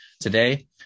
today